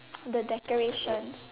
the decorations